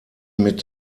mit